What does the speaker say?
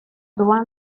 doan